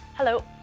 Hello